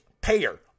payer